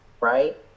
right